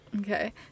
Okay